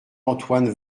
antoine